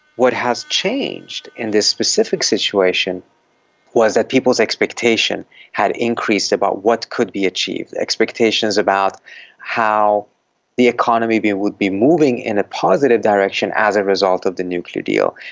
what has changed in this specific situation was that people's expectation had increased about what could be achieved, expectations about how the economy would be moving in a positive direction as a result of the nuclear deal.